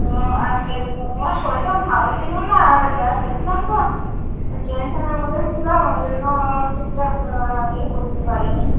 হ্যাঁ আজকে তো আমার শরীরটা ভালো ছিলো না আর ব্যস্ত ছিলাম তো ওই টেনশনের মধ্যে ছিলাম ওই জন্য ঠিকঠাক ইয়ে করতে পারি নি